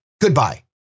Goodbye